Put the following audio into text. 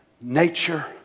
nature